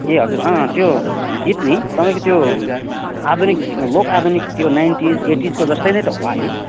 ए हजुर त्यो गीत नि तपाईँको त्यो आधुनिक लोक आधुनिक त्यो नाइन्टिज एटिजको जस्तै नै त होला होइन